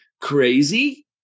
crazy